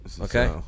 Okay